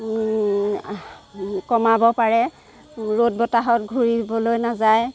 কমাব পাৰে ৰ'দ বতাহত ঘূৰিবলৈ নাযায়